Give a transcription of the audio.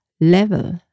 level